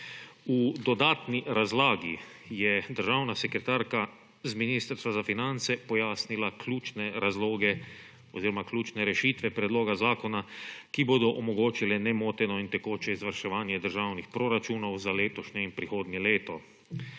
V dodatni razlagi je državna sekretarka z Ministrstva za finance pojasnila ključne razloge oziroma ključne rešitve predloga zakona, ki bodo omogočile nemoteno in tekoče izvrševanje državnih proračunov za letošnje in prihodnje leto.